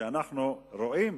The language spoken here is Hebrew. הקרקע שאנחנו רואים